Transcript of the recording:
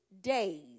days